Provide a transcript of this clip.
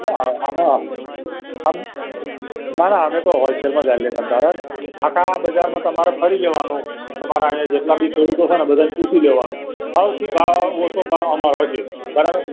એટલે આમાં આમ ના ના અમે તો હોલસેલમાં જ આપીએ તમતમારે આખા બજારમાં ફરી લેવાનું તમારે અહીંયા જેટલા બી ખેડૂતો છે ને એ બધાંને પૂછી લેવાનું સૌથી ભાવ ઓછો ભાવ અમારો હશે બરાબર